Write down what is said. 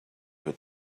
with